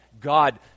God